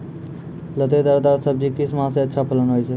लतेदार दार सब्जी किस माह मे अच्छा फलन होय छै?